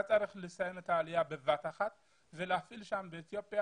היה צריך לסיים את העלייה בבת אחת ולהפעיל באתיופיה